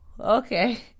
okay